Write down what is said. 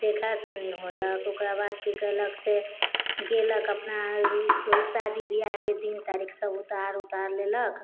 देखा सुनी होलक ओकरा बाद कि केलक से गेलक अपना शादी बिआहके दिन तारीख सब उतारि उतारि लेलक